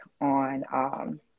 on